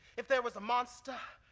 if there was a monster,